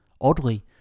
Oddly